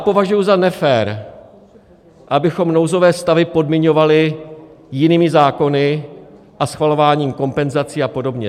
Považuji za nefér, abychom nouzové stavy podmiňovali jinými zákony a schvalováním kompenzací a podobně.